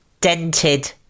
dented